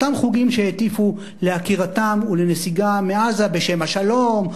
אותם חוגים שהטיפו לעקירתם ולנסיגה מעזה בשם השלום,